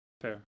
Fair